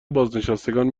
بازنشستگان